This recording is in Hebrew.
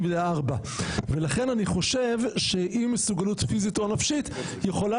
לארבע ולכן אני חושב שאי מסוגלות פיזית או נפשית יכולה